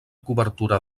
cobertura